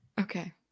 Okay